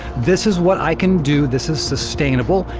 this is what i can do, this is sustainable,